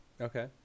Okay